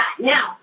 Now